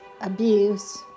abuse